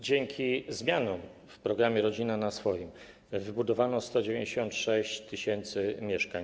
Dzięki zmianom w programie „Rodzina na swoim” wybudowano 196 tys. mieszkań.